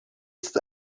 ist